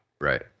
Right